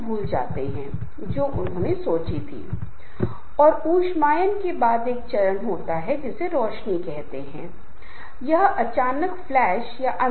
आध्यात्मिक दिमाग वाले लोग सोचें कि जीवन का उद्देश्य क्या है हम यहां क्यों हैं आपको शरीर का यह मानव रूप क्यों मिला है उद्देश्य क्या है इस जीवन का उद्देश्य क्या है